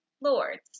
Lords